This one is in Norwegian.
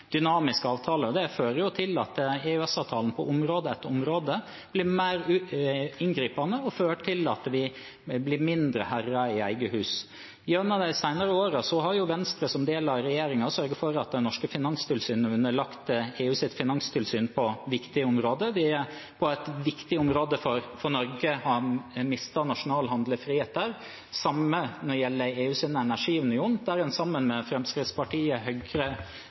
Det fører jo til at EØS-avtalen på område etter område blir mer inngripende og fører til at vi i mindre grad blir herrer i eget hus. Gjennom de senere årene har Venstre, som en del av regjeringen, sørget for at det norske finanstilsynet er underlagt EUs finanstilsyn på viktige områder. Det var et viktig område for Norge, og en mistet nasjonal handlefrihet der. Det samme gjelder EUs energiunion, der en sammen med Fremskrittspartiet, Høyre,